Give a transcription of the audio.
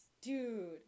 dude